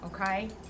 Okay